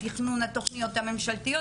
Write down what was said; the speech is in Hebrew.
התכנון התוכניות הממשלתיות,